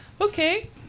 Okay